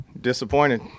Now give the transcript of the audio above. Disappointed